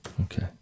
okay